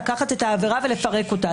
לקחת את העבירה ולפרק אותה.